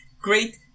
great